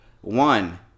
One